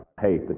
hey